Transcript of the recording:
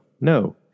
No